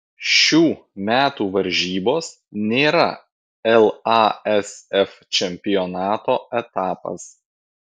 šių metų varžybos nėra lasf čempionato etapas